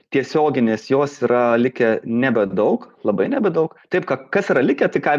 tiesioginės jos yra likę nebedaug labai nebedaug taip kad kas yra likę tai ką